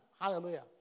Hallelujah